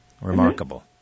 Remarkable